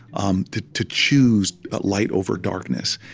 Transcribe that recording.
um to to choose light over darkness.